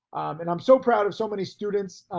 and i'm so proud of so many students.